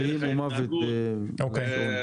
כללי התנהגות,